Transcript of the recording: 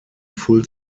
full